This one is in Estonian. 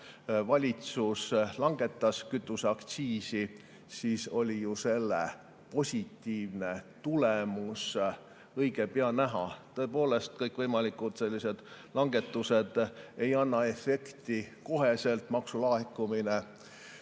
valitsus langetas kütuseaktsiisi, siis oli ju selle positiivne tulemus õige pea näha. Tõepoolest, kõikvõimalikud sellised langetused ei anna kohe efekti. Maksulaekumine